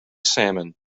salmon